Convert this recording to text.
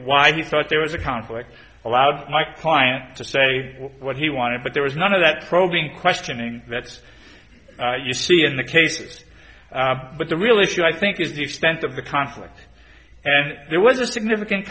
why he thought there was a conflict allowed my client to say what he wanted but there was none of that probing questioning vets you see in the case but the real issue i think is the extent of the conflict and there was a significant